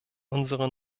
unsere